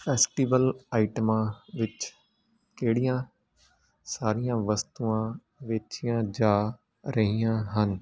festival ਆਈਟਮਾਂ ਵਿੱਚ ਕਿਹੜੀਆਂ ਸਾਰੀਆਂ ਵਸਤੂਆਂ ਵੇਚੀਆਂ ਜਾ ਰਹੀਆਂ ਹਨ